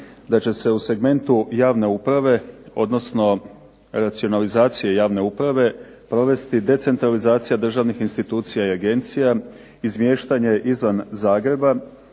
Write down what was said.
da će se u segmentu javne uprave odnosno racionalizacije javne uprave provesti decentralizacija državnih institucija i agencija, izmještanje izvan Zagreba